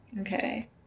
Okay